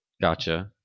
Gotcha